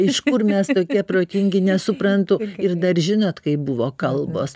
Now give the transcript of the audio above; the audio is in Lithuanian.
iš kur mes tokie protingi nesuprantu ir dar žinot kai buvo kalbos